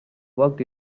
walked